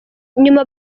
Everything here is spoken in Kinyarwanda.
nyuma